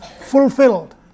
fulfilled